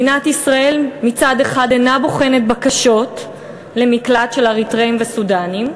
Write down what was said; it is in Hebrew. מדינת ישראל אינה בוחנת בקשות למקלט של אריתריאים וסודאנים,